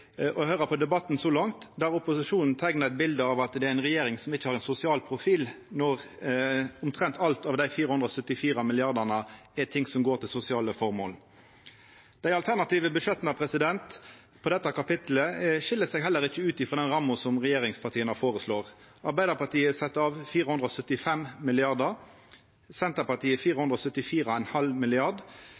å høyra på debatten så langt, der opposisjonen teiknar eit bilde av ei regjering som ikkje har ein sosial profil, når omtrent alt av dei 474 mrd. kr går til sosiale formål. Dei alternative budsjetta til dette kapittelet skil seg heller ikkje ut frå den ramma som regjeringspartia føreslår. Arbeidarpartiet set av 475 mrd. kr, Senterpartiet 474,5 mrd. kr, SV 475,5 mrd. kr og